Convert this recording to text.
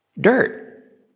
dirt